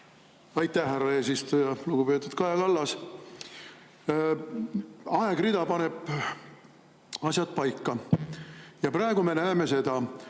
Aitäh, härra eesistuja! Lugupeetud Kaja Kallas! Aegrida paneb asjad paika. Praegu me näeme seda,